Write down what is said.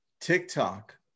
TikTok